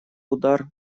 удар